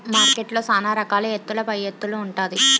మార్కెట్లో సాన రకాల ఎత్తుల పైఎత్తులు ఉంటాది